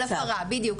על הפרה, בדיוק.